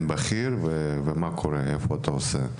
תודה.